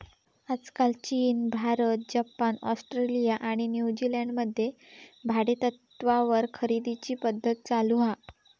आजकाल चीन, Bharat, Japan, Australia आणि न्यूजीलंड मध्ये भाडेतत्त्वावर खरेदीची पध्दत चालु हा